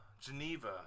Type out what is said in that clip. Geneva